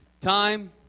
time